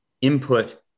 input